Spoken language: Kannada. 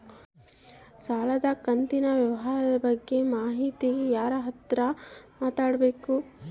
ಸಾಲ ಕಂತಿನ ವಿವರ ಬಗ್ಗೆ ಮಾಹಿತಿಗೆ ಯಾರ ಹತ್ರ ಮಾತಾಡಬೇಕು?